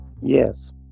Yes